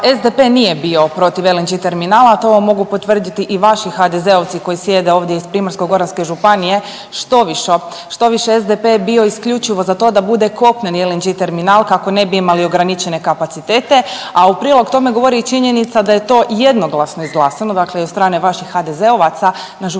SDP nije bio protiv LNG terminala, to vam mogu potvrditi i vaši HDZ-ovci koji sjede ovdje iz Primorsko-goranske županije. Štoviše, SDP je bio isključivo za to da bude kopneni LNG terminal kako ne bi imali ograničene kapacitete, a u prilog tome govori i činjenica da je to jednoglasno izglasano, dakle i od strane vaših HDZ-ovaca na Županijskoj